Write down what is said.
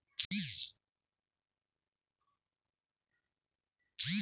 वनस्पतींच्या वाढीचे तीन टप्पे कोणते?